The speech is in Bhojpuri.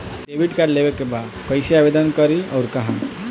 डेबिट कार्ड लेवे के बा कइसे आवेदन करी अउर कहाँ?